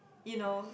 you know